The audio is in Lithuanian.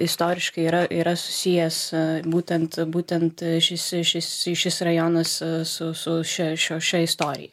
istoriškai yra yra susijęs būtent būtent šis šis šis rajonas su su šios šia istorija